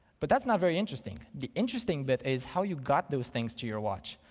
but that's not very interesting. the interesting bit is how you got those things to your watch.